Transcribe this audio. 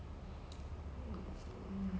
I I thought it was amazing because